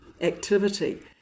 activity